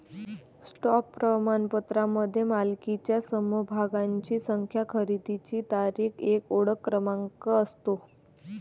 stock प्रमाणपत्रामध्ये मालकीच्या समभागांची संख्या, खरेदीची तारीख, एक ओळख क्रमांक असतो